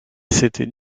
c’était